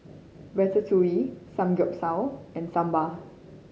Ratatouille Samgyeopsal and Sambar